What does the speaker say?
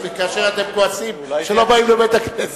כאשר אתם כועסים שלא באים לבית-הכנסת?